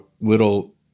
little